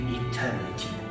eternity